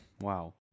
Wow